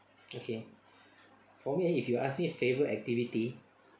okay for me if you ask me favourite activity